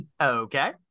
Okay